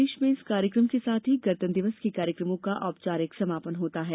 देश में इस कार्यक्रम के साथ ही गणतन्त्र दिवस के कार्यक्रमों का औपचारिक समापन होता है